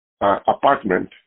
apartment